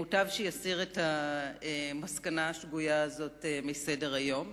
מוטב שיסיר את המסקנה השגויה הזאת מסדר-היום.